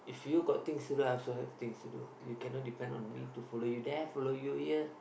if you got things to do I also have things to do you cannot depend on me to follow you there follow you here